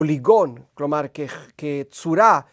פוליגון, כלומר, כצורה.